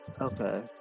okay